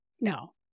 No